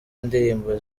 indirimbo